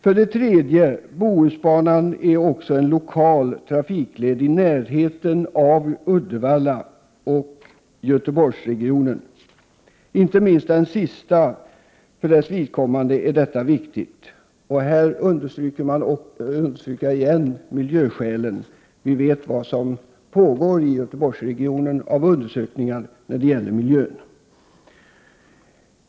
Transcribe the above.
För det tredje: Bohusbanan är också en lokal trafikled i närheten av Uddevalla och Göteborg. Inte minst för Göteborgsregionens vidkommande är detta viktigt — också här av miljöskäl. Genom undersökningar vet vi vad som pågår när det gäller miljön i denna region.